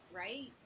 right